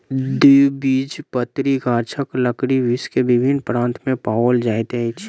द्विबीजपत्री गाछक लकड़ी विश्व के विभिन्न प्रान्त में पाओल जाइत अछि